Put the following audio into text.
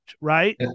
right